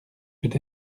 peut